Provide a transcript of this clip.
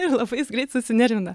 ir labai jis greit susinervina